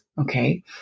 okay